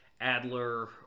Adler